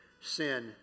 sin